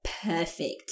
perfect